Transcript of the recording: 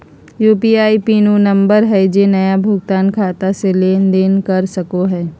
UPI PIN उ number हइ जे नया भुगतान खाता से लेन देन कर सको हइ